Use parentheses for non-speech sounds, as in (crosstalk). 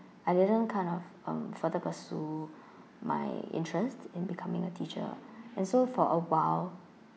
I didn't kind of uh further pursue my interest in becoming a teacher (breath) and so for a while